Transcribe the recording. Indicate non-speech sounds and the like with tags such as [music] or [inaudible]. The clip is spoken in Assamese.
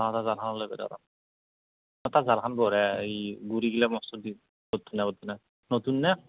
অ তাৰ জালখন [unintelligible] অ তাৰ জালখন বঢ়িয়া এই [unintelligible] নতুন না